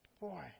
boy